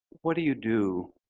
what do you do